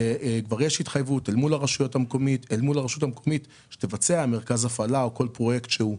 אל מול הרשות המקומית שתבצע מרכז הפעלה או כל פרויקט שהוא.